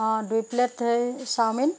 অ' দুই প্লে'ট সেই চাউমিন